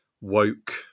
woke